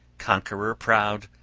conqueror proud,